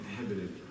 Inhibited